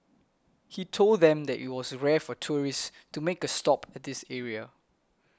he told them that it was rare for tourists to make a stop at this area